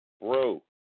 bro